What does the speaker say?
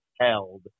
held